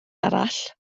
arall